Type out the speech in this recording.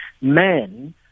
men